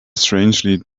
strangely